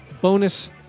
bonus